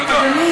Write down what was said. תודה.